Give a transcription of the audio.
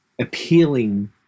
appealing